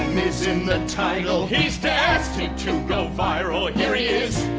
in the title. he's destined to go viral ah here he is,